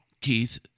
Keith